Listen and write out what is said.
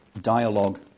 Dialogue